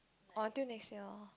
oh until next year loh